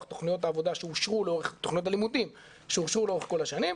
תכניות הלימודים שאושרו לאורך כל השנים,